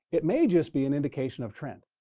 it may just be an indication of trend.